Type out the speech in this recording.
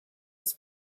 was